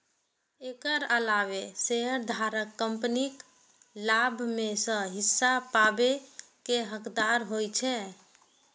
एकर अलावे शेयरधारक कंपनीक लाभ मे सं हिस्सा पाबै के हकदार होइ छै